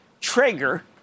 Traeger